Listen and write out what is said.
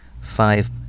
five